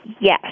Yes